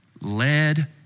led